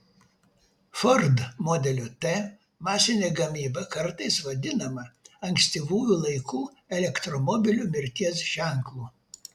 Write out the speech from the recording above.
ford modelio t masinė gamyba kartais vadinama ankstyvųjų laikų elektromobilių mirties ženklu